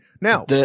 Now